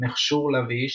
מכשור לביש,